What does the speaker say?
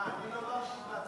מה, אני לא בתור לנאום?